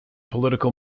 political